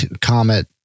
comet